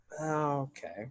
Okay